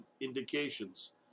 indications